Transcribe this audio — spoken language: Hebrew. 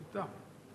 תודה.